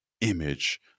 image